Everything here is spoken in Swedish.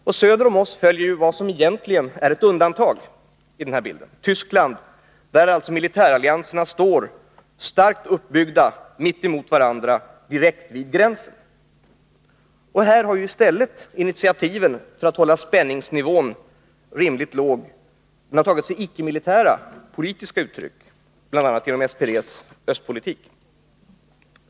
Och söder om oss följer vad som egentligen är ett undantag i den här bilden, nämligen Tyskland, där militärallianserna står starkt uppbyggda mitt emot varandra direkt vid gränsen. Här har i stället initiativen för att hålla spänningsnivån rimligt låg tagit sig icke-militära, politiska uttryck, bl.a. genom SPD:s östpolitik.